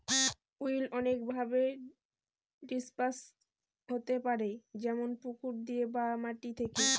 weed অনেকভাবে disperse হতে পারে যেমন পুকুর দিয়ে বা মাটি থেকে